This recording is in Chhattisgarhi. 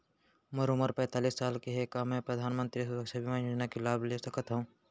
मोर उमर पैंतालीस साल हे का मैं परधानमंतरी सुरक्षा बीमा योजना के लाभ ले सकथव?